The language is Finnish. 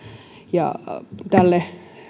ja tälle